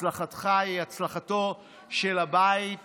הצלחתך היא הצלחתו של הבית הזה.